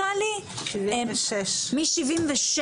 משנת 76'